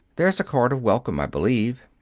there's a card of welcome, i believe.